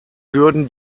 würden